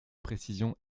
précision